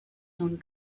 nun